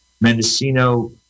Mendocino